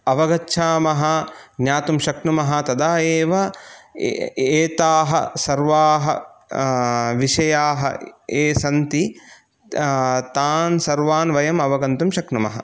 अवगच्छामः ज्ञातुं शक्नुमः तदा एव एताः सर्वाः विषयाः ये सन्ति तान् सर्वान् वयं अवगन्तुं शक्नुमः